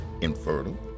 infertile